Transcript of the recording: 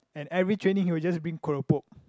and every training he will just bring keropok